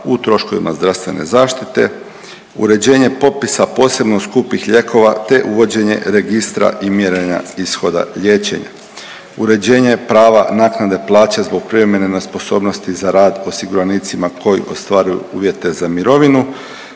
uređenje prava naknade plaće zbog privremene nesposobnosti za rad osiguranicima koji ostvaruju uvjete za mirovinu,